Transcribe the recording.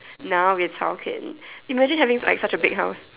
now we're talking imagine have you live in like such a big house